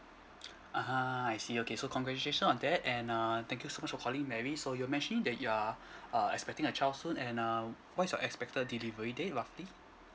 ah I see okay so congratulations on that and uh thank you so much for calling mary so you're mentioning that you are uh expecting a child soon and um what's your expected delivery date roughly